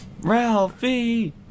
Ralphie